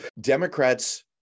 Democrats